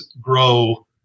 grow